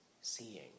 seeing